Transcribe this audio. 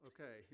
Okay